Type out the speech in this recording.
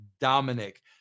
Dominic